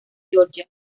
georgia